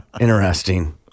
Interesting